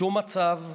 בשום מצב,